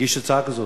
הגיש הצעה כזאת.